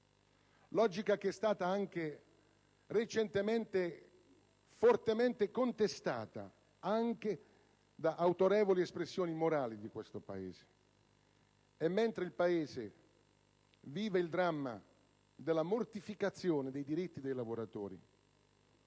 logica che è stata recentemente fortemente contestata anche da autorevoli espressioni morali di questo Paese. Mentre il Paese vive il dramma della mortificazione dei diritti dei lavoratori,